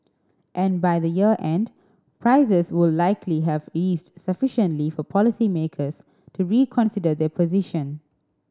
and by the year end prices would likely have eased sufficiently for policymakers to reconsider their position